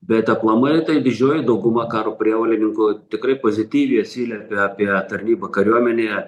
bet aplamai tai didžioji dauguma karo prievolininkų tikrai pozityviai atsiliepia apie tarnybą kariuomenėje